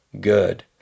good